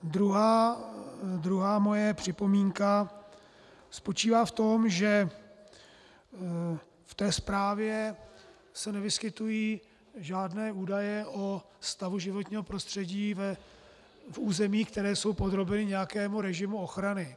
Druhá moje připomínka spočívá v tom, že se ve zprávě nevyskytují žádné údaje o stavu životního prostředí v území, která jsou podrobena nějakému režimu ochrany.